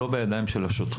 הוא לא בידיים של השוטרים.